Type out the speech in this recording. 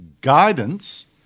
guidance